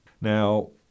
Now